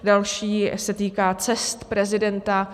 Další se týká cest prezidenta.